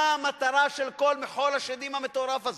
מה המטרה של כל מחול השדים המטורף הזה?